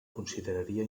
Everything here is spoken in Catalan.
consideraria